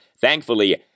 thankfully